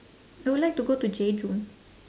I would like to go to jeju